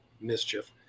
Mischief